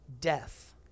death